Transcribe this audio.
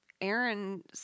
Aaron